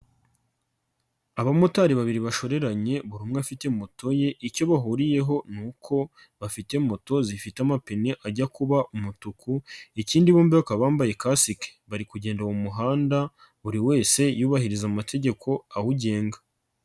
Abamotari babiri bashoreranye, buri umwe afite moto ye icyo bahuriyeho ni uko bafite moto zifite amapine ajya kuba umutuku, ikindi bombi bakaba bambaye kasike. Bari kugenda mu muhanda, buri wese yubahize amategeko awugenga.